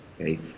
Okay